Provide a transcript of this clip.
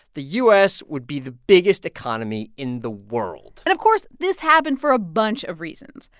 the u s. would be the biggest economy in the world and, of course, this happened for a bunch of reasons,